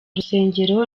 rusengero